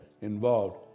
involved